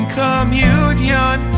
communion